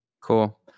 cool